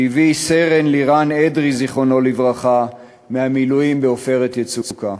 שהביא סרן לירן אדרי זיכרונו לברכה מהמילואים ב"עופרת יצוקה".